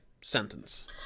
sentence